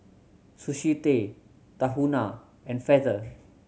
Sushi Tei Tahuna and Feather